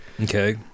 Okay